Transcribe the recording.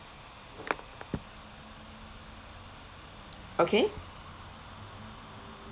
okay